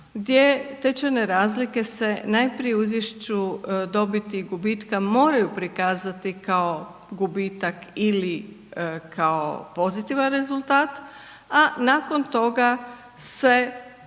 tečajne razlike se najprije u izvješću dobiti i gubitka moraju prikazati kao gubitak ili kao pozitivan rezultat a nakon toga se radi